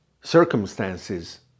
circumstances